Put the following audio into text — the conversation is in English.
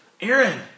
Aaron